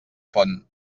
font